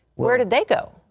where did they go?